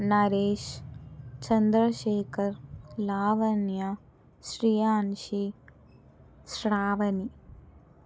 Naresh Chandrasekhar Lavanya Shriyanshi Shravani